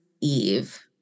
Eve